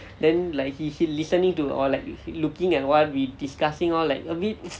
then like he he listening to all like he looking at what we discussing all like a bit